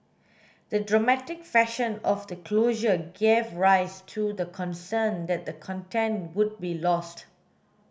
the dramatic fashion of the closure gave rise to the concern that the content would be lost